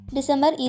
December